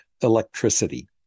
electricity